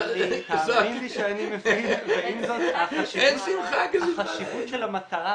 ועם זאת חשיבות המטרה,